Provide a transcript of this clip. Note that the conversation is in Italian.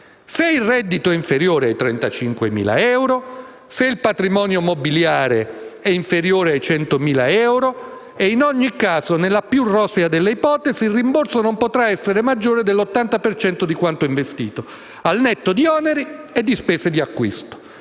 se il reddito è inferiore ai 35.000 euro; se il patrimonio mobiliare è inferiore ai 100.000 euro; e in ogni caso, nella più rosea delle ipotesi, il rimborso non potrà essere maggiore dell'80 per cento di quanto investito; al netto di oneri e spese di acquisto;